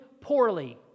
poorly